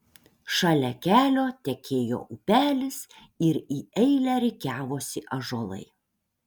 šalia kelio tekėjo upelis ir į eilę rikiavosi ąžuolai